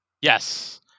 Yes